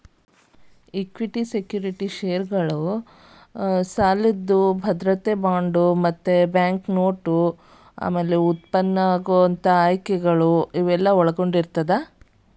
equity securities ಷೇರುಗಳನ್ನ ಸಾಲ ಭದ್ರತೆಗಳ ಬಾಂಡ್ಗಳ ಬ್ಯಾಂಕ್ನೋಟುಗಳನ್ನ ಉತ್ಪನ್ನಗಳು ಆಯ್ಕೆಗಳನ್ನ ಒಳಗೊಂಡಿರ್ತದ